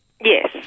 Yes